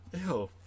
Ew